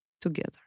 together